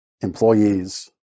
employees